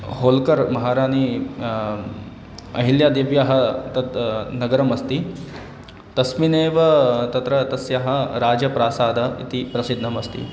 होल्कर् महारानी अहिल्यादेव्याः तद् नगरम् अस्ति तस्मिन्नेव तत्र तस्याः राजप्रासादः इति प्रसिद्धः अस्ति